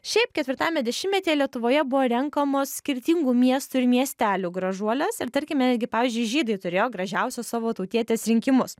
šiaip ketvirtajame dešimtmetyje lietuvoje buvo renkamos skirtingų miestų ir miestelių gražuolės ir tarkime netgi pavyzdžiui žydai turėjo gražiausios savo tautietės rinkimus